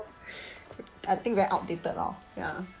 I think very outdated lor ya